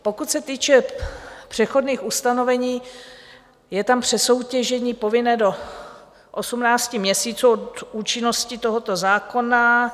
Pokud se týče přechodných ustanovení, je tam přesoutěžení povinné do 18 měsíců od účinnosti tohoto zákona.